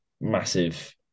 massive